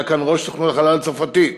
היה כאן ראש סוכנות החלל הצרפתית